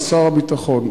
על שר הביטחון,